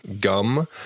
Gum